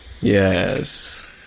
Yes